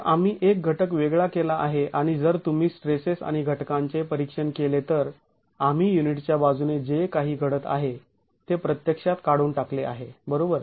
तर आम्ही एक घटक वेगळा केला आहे आणि जर तुम्ही स्ट्रेसेस आणि घटकांचे परीक्षण केले तर आम्ही युनिटच्या बाजूने जे काही घडत आहे ते प्रत्यक्षात काढून टाकले आहे बरोबर